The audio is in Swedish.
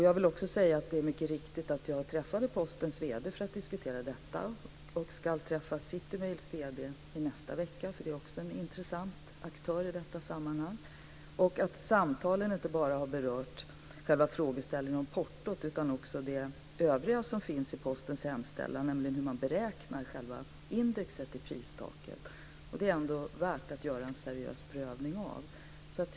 Jag vill också säga att det är helt riktigt att jag träffade Postens vd för att diskutera detta och att jag ska träffa City Mails vd i nästa vecka, eftersom det också är en intressant aktör i detta sammanhang. Samtalen har inte bara berört själva frågeställningen om portot utan också det övriga som finns i Postens hemställan, nämligen hur man beräknar själva indexet i pristaket, och det är ändå värt att göra en seriös prövning av det.